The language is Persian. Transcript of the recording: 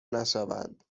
نشوند